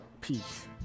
peace